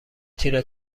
تیره